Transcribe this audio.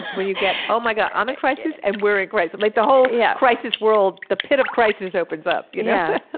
when you get, oh, my god, i'm in crisis and we're in crisis. like the whole yeah crisis world, the pit of crisis opens up, yeah